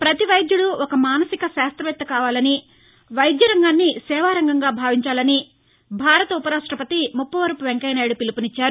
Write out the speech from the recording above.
ప్రపతి వైద్యుడు ఒక మానసిక శాస్త్రవేత్త కావాలని వైద్య రంగంను సేవా రంగంగా భావించాలని భారత ఉప రాష్టపతి ముప్పవరపు వెంకయ్యనాయుడు పిలుపునిచ్చారు